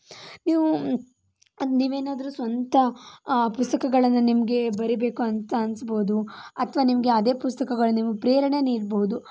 ನೀವು ನೀವೇನಾದರೂ ಸ್ವಂತ ಪುಸ್ತಕಗಳನ್ನು ನಿಮಗೆ ಬರಿಬೇಕು ಅಂತ ಅನ್ನಿಸ್ಬೋದು ಅಥವಾ ನಿಮಗೆ ಅದೇ ಪುಸ್ತಕಗಳು ನಿಮ್ಗೆ ಪ್ರೇರಣೆ ನೀಡ್ಬೋದು